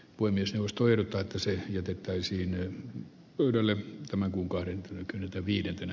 voimistelusto yltää tasoihin joten täysin levälleen tämän kuukauden kynnystä viidentenä